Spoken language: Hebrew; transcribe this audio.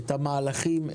את המהלכים,